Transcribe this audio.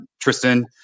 Tristan